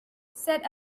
said